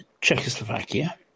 Czechoslovakia